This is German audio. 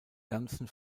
ganzen